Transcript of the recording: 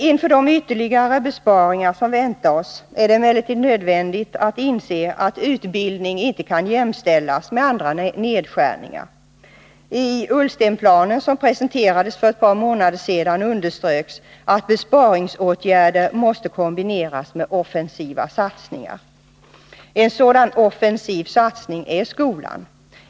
Inför de ytterligare besparingar som väntar oss är det emellertid nödvändigt att inse att nedskärningar inom utbildningen inte kan jämställas med andra nedskärningar. I Ullstenplanen, som presenterades för ett par månader sedan, underströks att besparingsåtgärder måste kombineras med offensiva satsningar. En sådan offensiv satsning är satsningen på skolan.